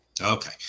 Okay